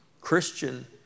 Christian